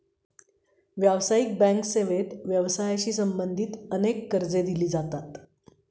व्यावसायिक बँक सेवेत व्यवसायाशी संबंधित अनेक कर्जे दिली जातात